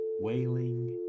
wailing